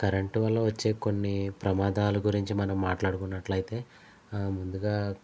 current వల్ల వచ్చే కొన్ని ప్రమాదాలు గురించి మనం మాట్లాడుకున్నట్లయితే ముందుగా